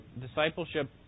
Discipleship